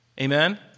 Amen